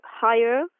higher